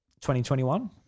2021